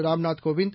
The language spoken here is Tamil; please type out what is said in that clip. ராம்நாத் கோவிந்த்